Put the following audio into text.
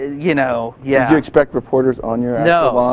you know yeah you expect reporters on your